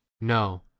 No